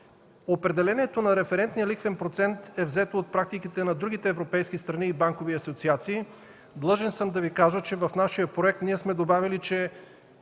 Определението на референтния лихвен процент е взето от практиките на другите европейски страни и банкови асоциации. Длъжен съм да Ви кажа, че в нашия проект сме добавили, че